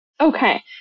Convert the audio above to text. Okay